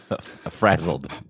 frazzled